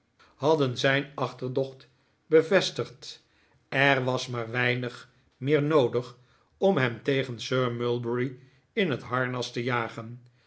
zijn achterdocht bevestigd er was maar weinig meer noodig om hem tegen sir mulberry in het harnas te jagen